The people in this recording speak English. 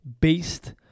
based